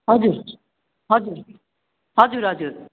हजुर हजुर हजुर हजुर